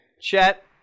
Chet